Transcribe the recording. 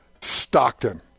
Stockton